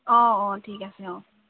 অঁ অঁ ঠিক আছে অঁ